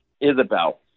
Isabel